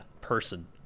person